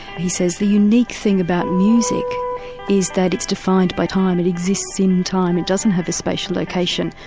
he says the unique thing about music is that it's defined by time, it exists in time, it doesn't have a spatial location,